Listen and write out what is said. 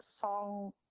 song